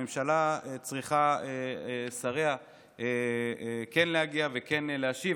הממשלה צריכה כן להגיע וכן להשיב.